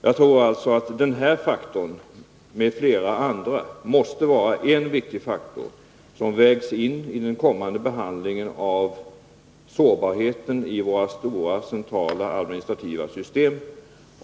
Jag tror alltså att den möjlighet jag talat om här måste, tillsammans med flera andra, vara en viktig faktor, som vägs in i den kommande behandlingen av sårbarheten i våra stora, centrala, administrativa system.